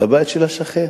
לבית של השכן.